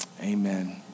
amen